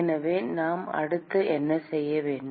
எனவே நாம் அடுத்து என்ன செய்ய வேண்டும்